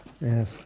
Yes